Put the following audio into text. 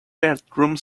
bedroom